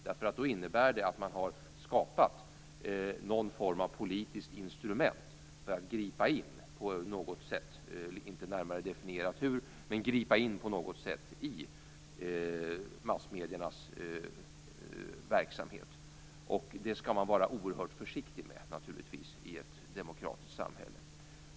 Det innebär att organet har skapat någon form av politiskt instrument för att på något sätt - det är inte närmare definierat hur - gripa in i massmediernas verksamhet. Detta skall man naturligtvis vara oerhört försiktig med i ett demokratiskt samhälle.